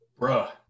Bruh